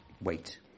wait